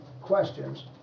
questions